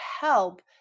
help